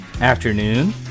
afternoon